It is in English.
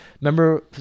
remember